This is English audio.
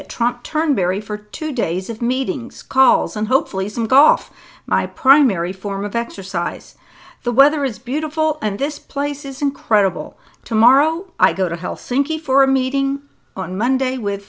at trump turnberry for two days of meetings calls and hopefully some coffee my primary form of exercise the weather is beautiful and this place is incredible tomorrow i go to hell thinking for a meeting on monday with